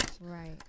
Right